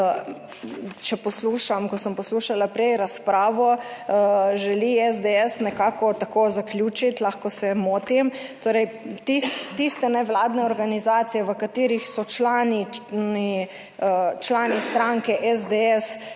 če poslušam, ko sem poslušala prej razpravo, želi SDS nekako tako zaključiti, lahko se motim, torej tiste nevladne organizacije, v katerih so člani stranke SDS,